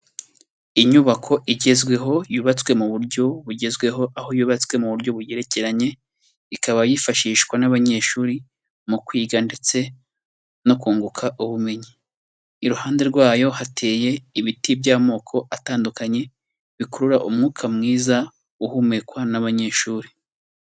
Inyubako igezweho yubatswe mu buryo bugezweho, aho yubatswe mu buryo bugerekeranye, ikaba yifashishwa n'abanyeshuri mu kwiga ndetse no kunguka ubumenyi, iruhande rwayo hateye ibiti by'amoko atandukanye bikurura umwuka mwiza uhumekwa n'abanyeshuri.